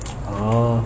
oh